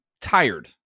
tired